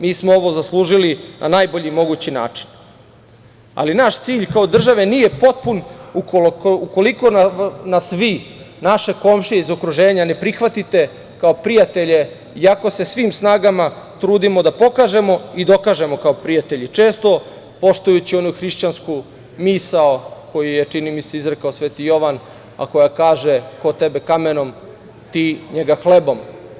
Mi smo ovo zaslužili na najbolji mogući način, ali naš cilj kao države nije potpuni ukoliko nas sve, naše komšije iz okruženja, ne prihvatite kao prijatelje i ako se svim snagama trudimo da pokažemo i dokažemo kao prijatelji, često poštujući onu hrišćansku misao koju je, čini mi se, izrekao sv. Jovan, a koja kaže: ko tebe kamenom, ti njega hlebom.